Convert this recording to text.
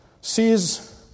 sees